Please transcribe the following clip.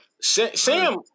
Sam